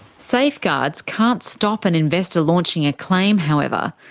safeguards can't stop an investor launching a claim, however,